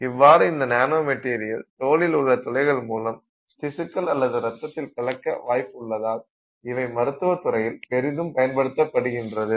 இவ்வாறு இந்த nano material தோலில் உள்ள துளைகள் மூலம் திசுக்கள் அல்லது ரத்தத்தில் கலக்க வாய்ப்பு உள்ளதால் இவை மருத்துவத்துறையில் பெரிதும் பயன்படுகின்றது